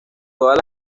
todas